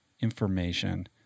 information